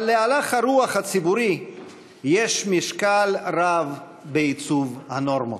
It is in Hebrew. אבל להלך הרוח הציבורי יש משקל רב בעיצוב הנורמות.